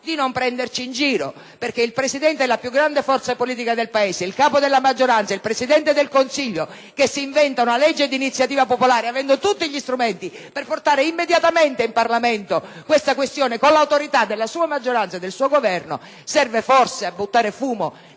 di non prenderci in giro, perché se il Presidente della più grande forza politica del Paese, capo della maggioranza, Presidente del Consiglio, si inventa una legge di iniziativa popolare pur avendo tutti gli strumenti per portare immediatamente in Parlamento tale questione, con l'autorità della sua maggioranza e del suo Governo, questo serve forse a buttare fumo